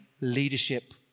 leadership